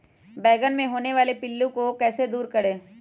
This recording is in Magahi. बैंगन मे होने वाले पिल्लू को कैसे दूर करें?